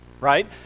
right